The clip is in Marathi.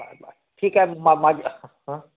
ब ब ठीक आहे मा माझ्या हां